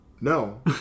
No